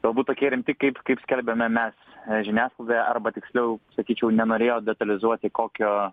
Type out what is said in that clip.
galbūt tokie rimti kaip kaip skelbėme mes žiniasklaidoje arba tiksliau sakyčiau nenorėjo detalizuoti kokio